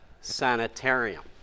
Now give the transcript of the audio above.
sanitarium